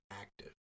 active